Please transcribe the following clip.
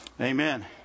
Amen